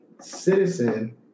Citizen